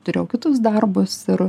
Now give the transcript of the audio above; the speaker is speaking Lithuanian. turėjau kitus darbus ir